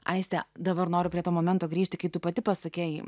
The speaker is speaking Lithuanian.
aistę dabar noriu prie to momento grįžti kai tu pati pasakei